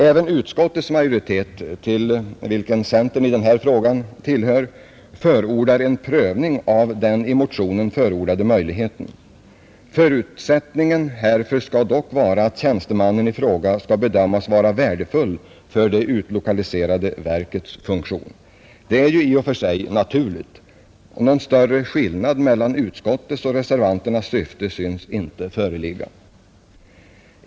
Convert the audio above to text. Även utskottets majoritet, till vilken centern i den här frågan hör, föreslår en prövning av den i motionen förordade möjligheten. Förutsättningen härför skall dock vara att tjänstemannen i fråga skall bedömas som värdefull för det utlokaliserade verkets funktion. Det är i och för sig naturligt; någon större skillnad mellan utskottsmajoritetens och reservanternas syfte synes inte föreligga.